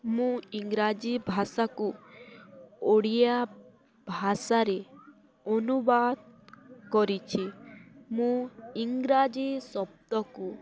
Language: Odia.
ମୁଁ ଇଂରାଜୀ ଭାଷାକୁ ଓଡ଼ିଆ ଭାଷାରେ ଅନୁବାଦ କରିଛି ମୁଁ ଇଂରାଜୀ ଶବ୍ଦକୁ